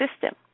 system